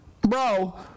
bro